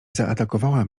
zaatakowała